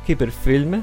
kaip ir filme